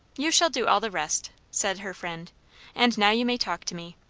you shall do all the rest, said her friend and now you may talk to me.